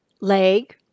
leg